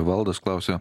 valdas klausia